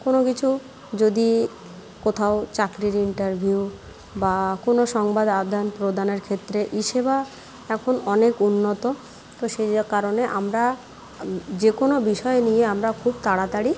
কোনো কিছু যদি কোথাও চাকরির ইন্টারভিউ বা কোনো সংবাদ আদান প্রদানের ক্ষেত্রে ই সেবা এখন অনেক উন্নত তো সেই কারণে আমরা যে কোনো বিষয় নিয়ে আমরা খুব তাড়াতাড়ি